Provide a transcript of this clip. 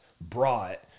brought